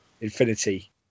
Infinity